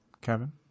Kevin